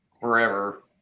forever